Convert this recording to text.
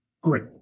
great